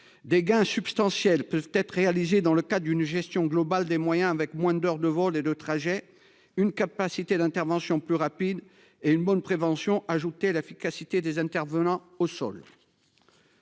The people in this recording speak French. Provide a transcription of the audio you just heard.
Des gains substantiels peuvent être réalisées dans le cas d'une gestion globale des moyens avec moins d'heures de vol et de trajet, une capacité d'intervention plus rapide et une bonne prévention. L'efficacité des intervenants au sol.